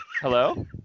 hello